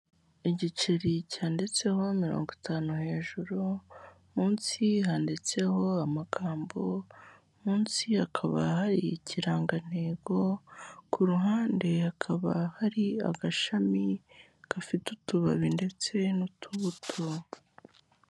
Igiceri cyanditseho mirongo itanu hejuru, munsi handitseho amagambo, munsi hakaba hari ikirangantego. Ku ruhande hakaba hari agashami gafite utubabi ndetse n'utubuto.